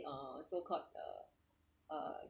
uh so called uh uh